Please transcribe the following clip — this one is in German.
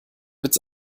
witz